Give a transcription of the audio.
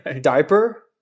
Diaper